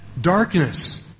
darkness